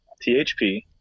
THP